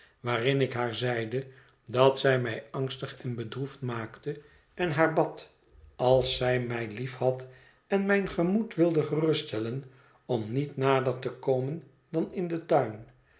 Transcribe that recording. waarin ik haar zeide dat zij mij angstig en bedroefd maakte en haar bad als zij mij liefhad en mijn gemoed wilde geruststellen om niet nader te komen dan in den tuin